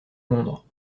londres